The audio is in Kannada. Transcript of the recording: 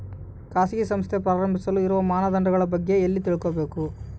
ಖಾಸಗಿ ಸಂಸ್ಥೆ ಪ್ರಾರಂಭಿಸಲು ಇರುವ ಮಾನದಂಡಗಳ ಬಗ್ಗೆ ಎಲ್ಲಿ ತಿಳ್ಕೊಬೇಕು?